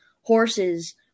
horses